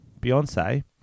Beyonce